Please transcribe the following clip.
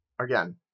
again